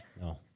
No